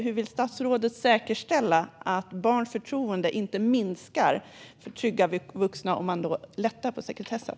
Hur vill statsrådet säkerställa att barns förtroende för trygga vuxna inte minskar om man lättar på sekretessen?